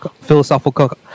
philosophical